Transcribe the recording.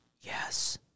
Yes